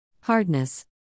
Hardness